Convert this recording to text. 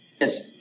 yes